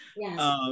Yes